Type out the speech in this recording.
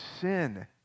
sin